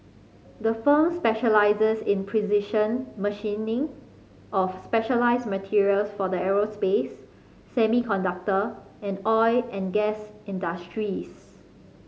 the firm specialises in precision machining of specialised materials for the aerospace semiconductor and oil and gas industries